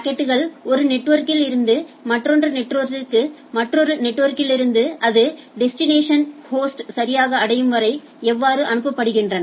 பாக்கெட்கள் ஒரு நெட்வொர்க்கிலிருந்து மற்றொரு நெட்வொர்க்கிற்கு மற்றொரு நெட்வொர்க்கிலிருந்து அது டெஸ்டினேஷன் ஹோஸ்ட்க்கு சரியாக அடையும் வரை எவ்வாறு அனுப்பப்படுகின்றன